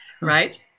Right